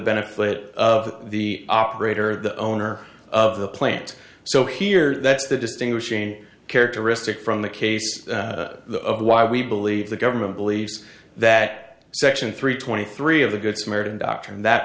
benefit of the operator the owner of the plant so here that's the distinguishing characteristic from the case of why we believe the government believes that section three twenty three of the good samaritan doctrine that